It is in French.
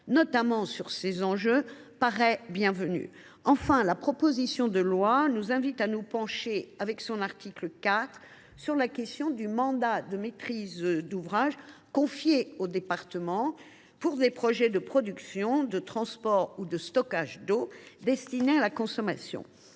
notamment sur ces enjeux, est bienvenu. Enfin, la proposition de loi nous invite à nous pencher, à l’article 4, sur la question du mandat de maîtrise d’ouvrage confié au département pour des projets de production, de transport ou de stockage d’eau destinée à la consommation.